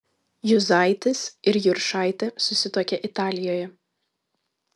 juzaitis ir juršaitė susituokė italijoje